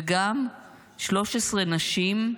וגם 13 נשים,